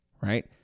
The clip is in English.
Right